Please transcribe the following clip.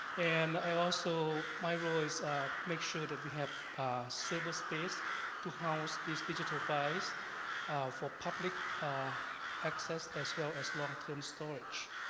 and also my role is to make sure that we have service space to house these digital files for public access as well as long-term storage